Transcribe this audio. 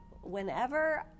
whenever